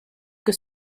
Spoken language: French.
que